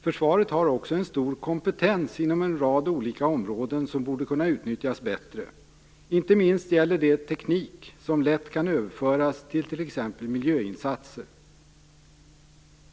Försvaret har också en stor kompetens inom en rad olika områden som borde kunna utnyttjas bättre. Inte minst gäller det teknik som lätt kan överföras till t.ex. miljöinsatser.